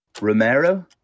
Romero